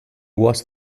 was